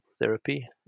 therapy